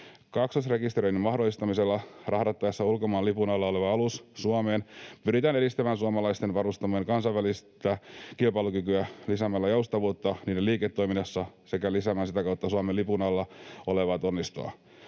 Kaksoisrekisteröinnin mahdollistamisella rahdattaessa ulkomaan lipun alla oleva alus Suomeen pyritään edistämään suomalaisten varustamojen kansainvälistä kilpailukykyä lisäämällä joustavuutta niiden liiketoiminnassa sekä lisäämään sitä kautta Suomen lipun alla olevaa tonnistoa.